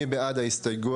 מי בעד ההסתייגויות?